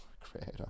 Creator